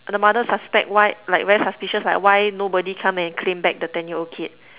the mother suspect why like very suspicious like why nobody come in and claim back the ten year old kid